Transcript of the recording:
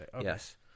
Yes